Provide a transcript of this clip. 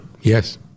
Yes